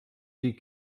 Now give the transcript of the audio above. die